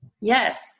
Yes